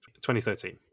2013